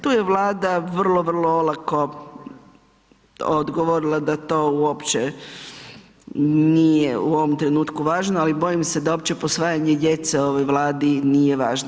Tu je Vlada vrlo, vrlo olako odgovorila da to uopće nije u ovom trenutku važno, ali bojim se uopće posvajanje djece ovoj Vladi nije važno.